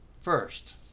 First